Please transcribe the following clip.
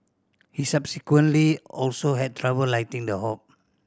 he subsequently also had trouble lighting the hob